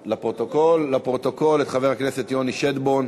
הכפתור של ההצבעה לא עבד.